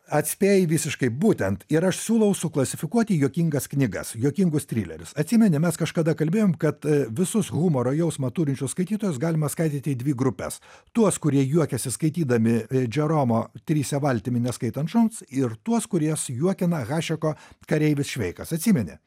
atspėjai visiškai būtent ir aš siūlau suklasifikuoti juokingas knygas juokingus trilerius atsimeni mes kažkada kalbėjom kad visus humoro jausmą turinčius skaitytojus galima skaidyti į dvi grupes tuos kurie juokiasi skaitydami džeromo trise valtimi neskaitant šuns ir tuos kuriuos juokina hašeko kareivis šveikas atsimeni